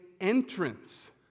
entrance